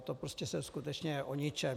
To prostě je skutečně o ničem.